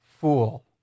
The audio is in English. fool